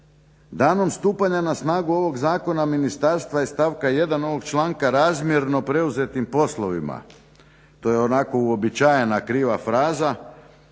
"Danom stupanja na snagu ovog zakona ministarstva iz stavka 1.ovog članka razmjerno preuzetim poslovima" to je onako uobičajena kriva fraza